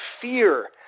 fear